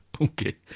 Okay